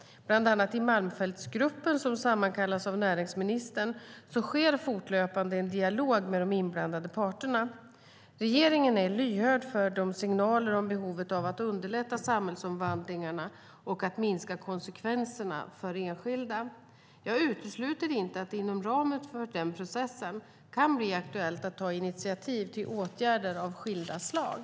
Bland annat i Malmfältsgruppen, som sammankallas av näringsministern, sker fortlöpande en dialog med de inblandade parterna. Regeringen är lyhörd för signaler om behovet av att underlätta samhällsomvandlingarna och att minska konsekvenserna för enskilda. Jag utesluter inte att det inom ramen för den processen kan bli aktuellt att ta initiativ till åtgärder av skilda slag.